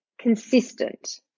consistent